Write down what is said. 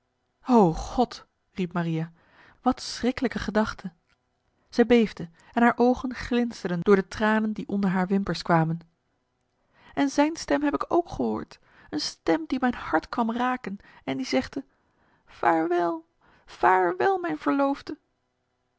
o god riep maria wat schriklijke gedachte zij beefde en haar ogen glinsterden door de tranen die onder haar wimpers kwamen en zijn stem heb ik ook gehoord een stem die mijn hart kwam raken en die zegde vaarwel vaarwel mijn verloofde